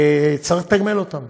וצריך לתגמל אותם.